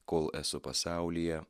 kol esu pasaulyje